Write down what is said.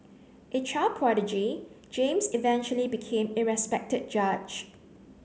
a child prodigy James eventually became a respected judge